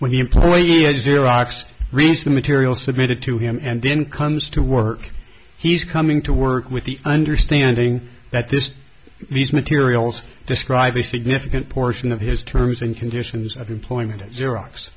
when the employee reads the material submitted to him and then comes to work he's coming to work with the understanding that this these materials describe a significant portion of his terms and conditions of employment at xerox